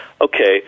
Okay